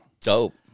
dope